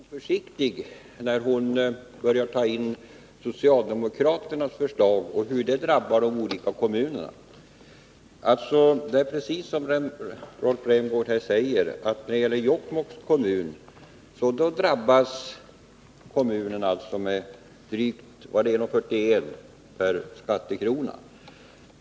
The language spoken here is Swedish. Fru talman! Jag tycker att Frida Berglund är litet oförsiktig när hon börjar ta in socialdemokraternas förslag och visar hur det drabbar de olika kommunerna. Det är precis som Rolf Rämgård säger, att när det gäller Jokkmokks kommun så drabbas kommunen med 1:41 per skattekrona.